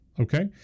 Okay